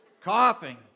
coughing